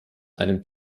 einem